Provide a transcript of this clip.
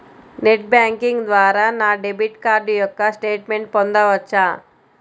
Net banking ద్వారా నా debit card యొక్క స్టేట్మెంట్ పొందవచ్చా?